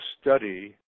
study